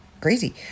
crazy